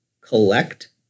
collect